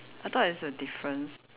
I thought it's a difference